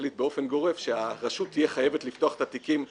להחליט באופן גורף שהרשות תהיה חייבת לפתוח את התיקים כאן,